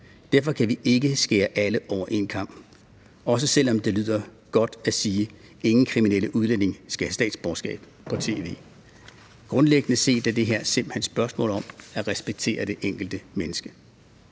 Derfor kan vi ikke skære alle over en kam – heller ikke selv om det lyder godt på tv at sige: Ingen kriminel udlænding skal have statsborgerskab. Grundlæggende set er det her simpelt hen et spørgsmål om at respektere det enkelte menneske.